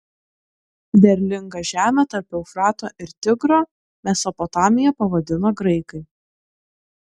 derlingą žemę tarp eufrato ir tigro mesopotamija pavadino graikai